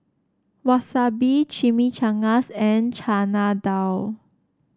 Wasabi Chimichangas and Chana Dal